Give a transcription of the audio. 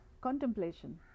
contemplation